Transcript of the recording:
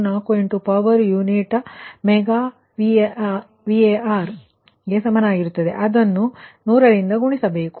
8948 power unit mega Varಗೆ ಸಮವಾಗಿರುತ್ತದೆ ಅದನ್ನು 100ರಿಂದ ಗುಣಿಸಬೇಕು